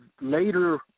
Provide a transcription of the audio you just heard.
later